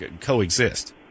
coexist